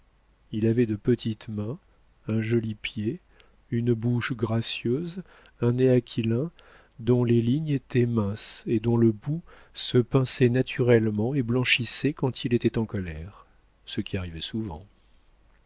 il avait de petites mains un joli pied une bouche gracieuse un nez aquilin dont les lignes étaient minces et dont le bout se pinçait naturellement et blanchissait quand il était en colère ce qui arrivait souvent